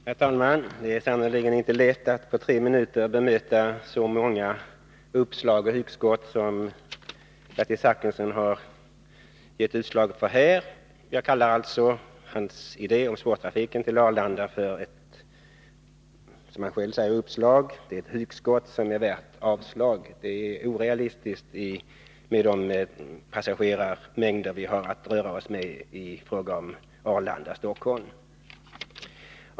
Herr talman! Det är sannerligen inte lätt att på tre minuter bemöta så många uppslag och hugskott som Bertil Zachrisson har gett uttryck för här. Jag kallar alltså hans idéer om spårtrafik till Arlanda för ett, som han själv säger, uppslag. Det är ett hugskott som är värt avslag. Det är orealistiskt med tanke på de passagerarmängder det rör sig om på sträckan Arlanda-Stockholm.